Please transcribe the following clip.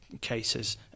cases